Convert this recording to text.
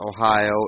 Ohio